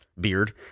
beard